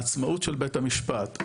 העצמאות של בית המשפט,